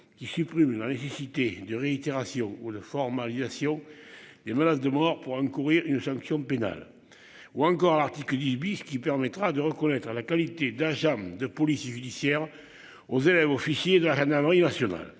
Qui supprime une nécessité de réitération ou de formalisation des menaces de mort pour encourir une sanction pénale ou encore l'article 10 bis qui permettra de reconnaître la qualité d'agent de police judiciaire aux élèves officiers de la reine.